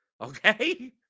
okay